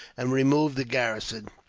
and remove the garrison,